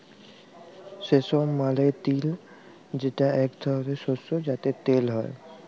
সেসম মালে তিল যেটা এক ধরলের শস্য যাতে তেল হ্যয়ে